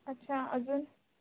अच्छा अजून